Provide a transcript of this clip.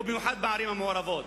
ובמיוחד בערים המעורבות.